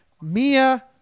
Mia